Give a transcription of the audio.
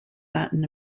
latin